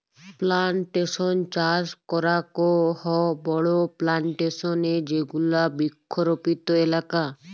plantation চাস করাক হ বড়ো প্লানটেশন এ যেগুলা বৃক্ষরোপিত এলাকা